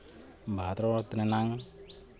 ᱵᱷᱟᱨᱚᱛ ᱨᱮᱱᱟᱝ